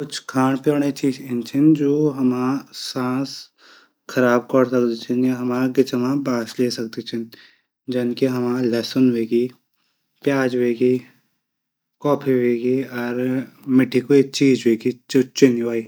कुछ खाण पीणा चीज इन छन जू हमरी सांस खराब कै दिंदा छन। हमर गिच मा बास भी ऐ सकदी च जनकी हमर लसन हुव्येग्या प्याज वेगे कॉफी वेगे मिठी क्वी चीज वेगे।